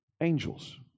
angels